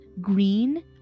green